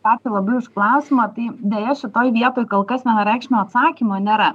ačiū labai už klausimą tai deja šitoj vietoj kol kas vienareikšmio atsakymo nėra